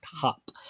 top